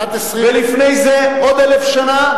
ולפני זה עוד 1,000 שנה,